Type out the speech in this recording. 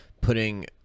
putting